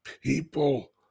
people